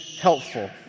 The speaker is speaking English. helpful